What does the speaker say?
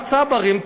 הצברים,